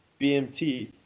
BMT